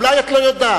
אולי את לא יודעת,